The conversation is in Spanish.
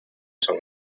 son